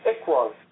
equal